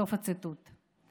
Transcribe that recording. סוף הציטוט.